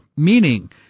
meaning